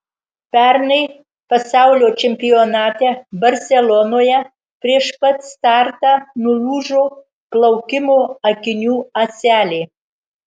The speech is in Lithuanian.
pernai pasaulio čempionate barselonoje prieš pat startą nulūžo plaukimo akinių ąselė